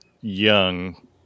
young